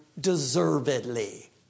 deservedly